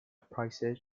prices